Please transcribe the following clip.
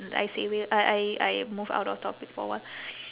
I say we I I I move out of topic for a while